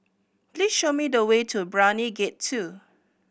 please show me the way to Brani Gate Two